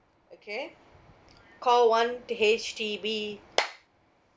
okay call one to H_D_B